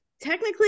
technically